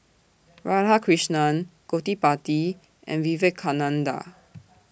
Radhakrishnan Gottipati and Vivekananda